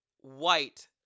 white